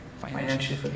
financially